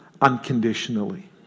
unconditionally